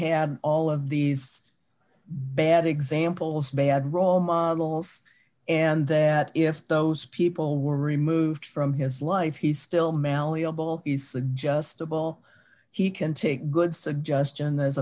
had all of these bad examples bad role models and that if those people were removed from his life he still malleable is just a ball he can take good suggestion th